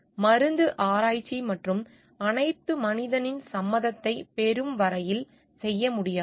எனவே மருந்து ஆராய்ச்சி மற்றும் அனைத்தும் மனிதனின் சம்மதத்தைப் பெறும் வரையில் செய்ய முடியாது